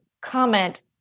comment